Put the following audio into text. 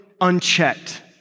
unchecked